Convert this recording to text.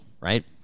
right